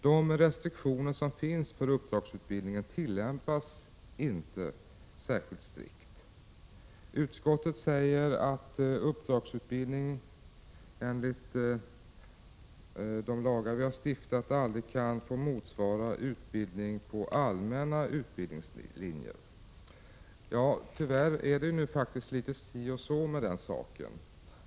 De restriktioner som finns för uppdragsutbildningen tillämpas inte särskilt strikt. Utskottet säger att uppdragsutbildning enligt de lagar vi har stiftat aldrig kan få motsvara utbildning på allmänna utbildningslinjer. Tyvärr är det faktiskt litet si och så med den saken.